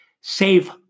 save